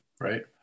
Right